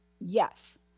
yes